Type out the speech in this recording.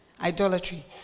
Idolatry